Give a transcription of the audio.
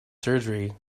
surgery